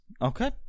Okay